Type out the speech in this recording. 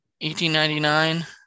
1899